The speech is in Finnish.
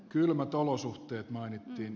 kylmät olosuhteet mainittiin